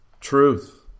truth